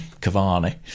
Cavani